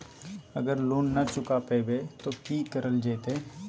अगर लोन न चुका पैबे तो की करल जयते?